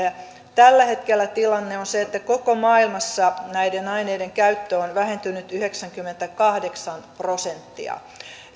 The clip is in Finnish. tällä hetkellä tilanne on se että koko maailmassa näiden aineiden käyttö on on vähentynyt yhdeksänkymmentäkahdeksan prosenttia